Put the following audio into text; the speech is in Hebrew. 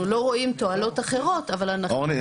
אנחנו לא רואים תועלות אחרות --- אורני,